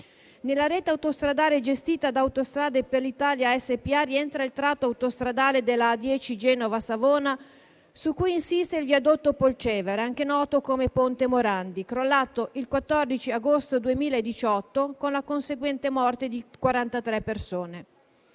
nella rete autostradale gestita da Autostrade per l'Italia SpA rientra il tratto autostradale della A10 Genova - Savona, su cui insiste il viadotto Polcevera (anche noto come ponte Morandi), crollato il 14 agosto 2018, con la conseguente morte di 43 persone;